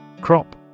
Crop